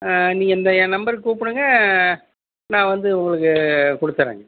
நீங்கள் இந்த என் நம்பருக்கு கூப்பிடுங்க நான் வந்து உங்களுக்கு கொடுத்துறேங்க